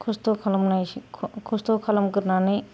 खस्थ' खालामगोरनानै